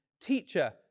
Teacher